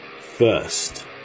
First